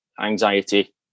anxiety